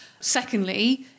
Secondly